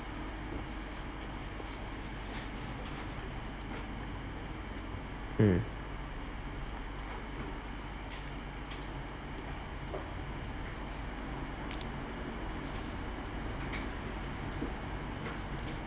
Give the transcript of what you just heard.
hmm